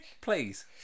Please